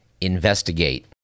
investigate